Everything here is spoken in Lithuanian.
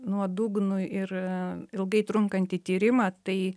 nuodugnų ir ilgai trunkantį tyrimą tai